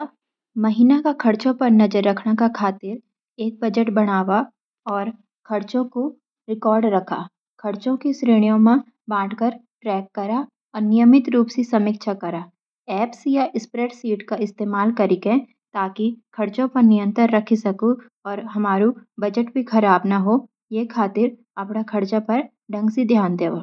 महाना खर्चों पर नज़र रखने क खातिर, एक बजट बनावा और खर्चों का रिकॉर्ड रख। खर्चों को श्रेणियों में बांटकर ट्रैक करा, और नियमित रूप से समीक्षा करा। ऐप्स या स्प्रेडशीट्स का इस्तेमाल करा, ताकि आप खर्चों पर नियंत्रण रख सकु और हमरू बजट भी खराब न हो ये खातिर अप्डा खर्चा पर ढंग सी ध्यान देवा।